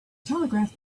telegraph